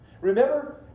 Remember